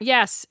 Yes